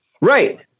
Right